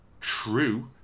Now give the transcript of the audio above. true